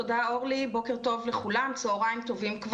תודה, אורלי, צהריים טובים.